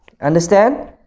understand